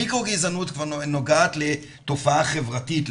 המיקרו גזענות כבר נוגעת לתופעה חברתית,